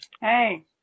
Hey